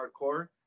hardcore